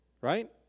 Right